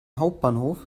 hauptbahnhof